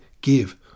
Give